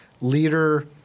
leader